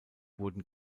wurden